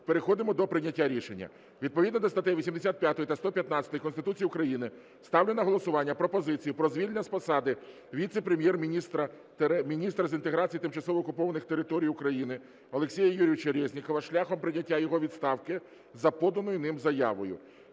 Переходимо до прийняття рішення. Відповідно до статей 85 та 115 Конституції України ставлю на голосування пропозицію про звільнення з посади Віце-прем'єр-міністра – Міністра з реінтеграції тимчасово окупованих територій України Олексія Юрійовича Резнікова шляхом прийняття його відставки за поданою ним заявою.